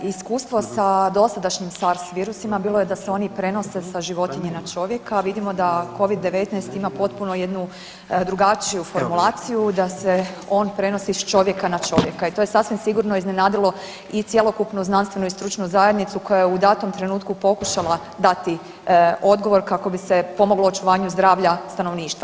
Iskustvo sa dosadašnjim SARS virusima bilo je da se ni prenose sa životinje na čovjeka, a vidimo da covid-19 ima potpuno jednu drugačiju formulaciju da se on prenosi s čovjeka na čovjeka i to je sasvim sigurno iznenadilo i cjelokupnu znanstvenu i stručnu zajednicu koja je u datom trenutkom pokušala dati odgovor kako bi se pomoglo očuvanja zdravlja stanovništva.